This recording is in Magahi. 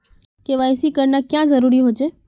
के.वाई.सी करना क्याँ जरुरी होचे?